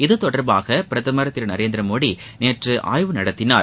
இது தொடர்பாக பிரதமர் திரு நரேந்திர மோடி நேற்று ஆய்வு நடத்தினார்